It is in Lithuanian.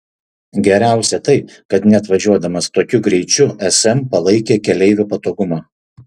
geriausia tai kad net važiuodamas tokiu greičiu sm palaikė keleivių patogumą